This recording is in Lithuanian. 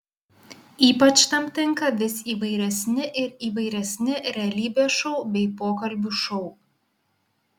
ypač tam tinka vis įvairesni ir įvairesni realybės šou bei pokalbių šou